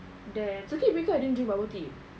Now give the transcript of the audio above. then circuit breaker I didn't drink bubble tea